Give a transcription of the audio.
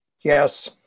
Yes